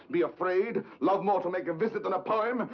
be afraid? love more to make a visit than a poem?